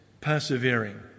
persevering